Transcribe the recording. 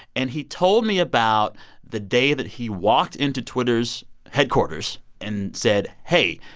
and he told me about the day that he walked into twitter's headquarters and said, hey,